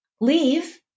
leave